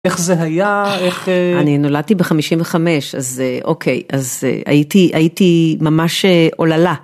איך זה היה איך... אני נולדתי ב 55 אז אוקיי אז הייתי הייתי ממש עוללה.